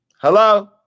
Hello